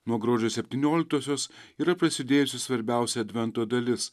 nuo gruodžio septynioliktosios yra prasidėjusi svarbiausia advento dalis